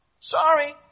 Sorry